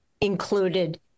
included